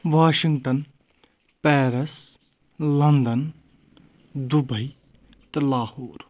Washington Paris London Dubai تہٕ لاہور